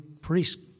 priests